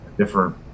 different